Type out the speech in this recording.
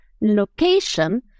location